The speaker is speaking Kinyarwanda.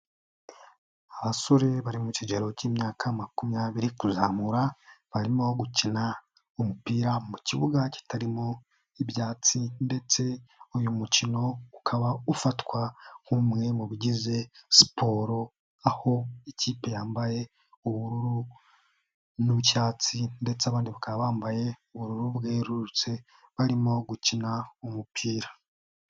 Abasore bari mu kigero k'imyaka makumyabiri kuzamura, barimo gukina umupira mu kibuga kitarimo ibyatsi ndetse uyu mukino ukaba ufatwa nk'umwe mu bigize siporo. Aho ikipe yambaye ubururu n'icyatsi ndetse abandi bakaba bambaye ubururu bwerurutse barimo gukina umupira.